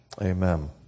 Amen